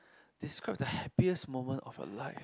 describe the happiest moment of your life